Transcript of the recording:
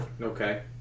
Okay